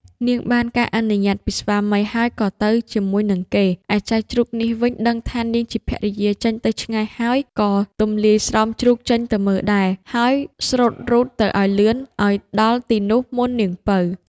នាងបានការអនុញ្ញាតពីស្វាមីហើយក៏ទៅជាមួយនឹងគេ ឯចៅជ្រូកនេះវិញដឹងថា នាងជាភរិយាចេញទៅឆ្ងាយហើយ ក៏ទំលាយស្រោមជ្រូកចេញទៅមើលដែរ ហើយស្រូតរូតទៅឱ្យលឿន ឱ្យដល់ទីនោះមុននាងពៅ។